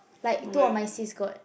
like two of my sis got